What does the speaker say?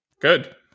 Good